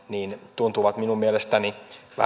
tuntuvat minun mielestäni vähän